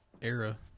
era